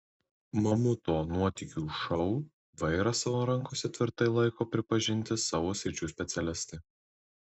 mamuto nuotykių šou vairą savo rankose tvirtai laiko pripažinti savo sričių specialistai